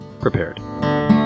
prepared